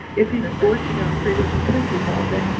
if he's gorging on fritos and twinkies all day,